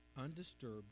undisturbed